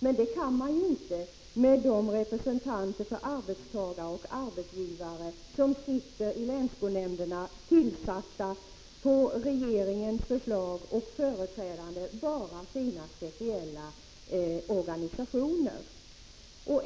Men det kan man ju inte avkräva representanter för arbetstagare och arbetsgivare som ingår i länsskolnämnderna, tillsatta på regeringens förslag och företrädande bara sina speciella organisationer.